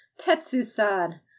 Tetsu-san